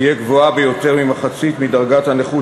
תהיה גבוהה ביותר ממחצית מדרגת הנכות